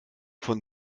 von